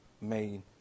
made